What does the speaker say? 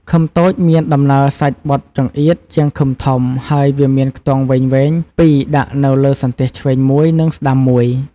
ឃឹមតូចមានដំណើរសាច់បទចង្អៀតជាងឃឹមធំ ហើយវាមានខ្ទង់វែងៗពីរដាក់នៅលើសន្ទះឆ្វេងមួយ និងស្តាំមួយ។